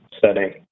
setting